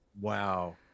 Wow